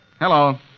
Hello